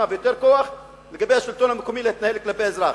ויותר כוח לשלטון המקומי להתנהל כלפי האזרח.